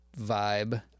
vibe